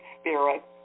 spirit